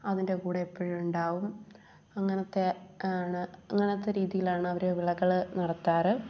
അതിന്റെ കൂടെ എപ്പൊഴും ഉണ്ടാവും അങ്ങനത്തെ ആണ് അങ്ങനത്തെ രീതിയിലാണ് അവർ വിളകൾ നടത്താറ്